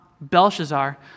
Belshazzar